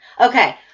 Okay